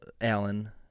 Alan